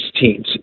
teams